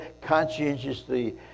conscientiously